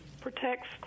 protects